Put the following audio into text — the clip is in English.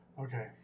Okay